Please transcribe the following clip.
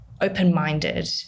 open-minded